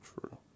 True